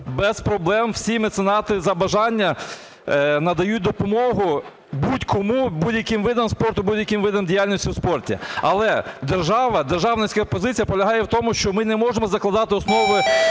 без проблем всі меценати за бажанням надають допомогу будь-кому, будь-яким видам спорту, будь-яким видам діяльності у спорті. Але держава, державницька позиція полягає в тому, що ми не можемо закладати основи,